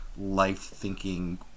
life-thinking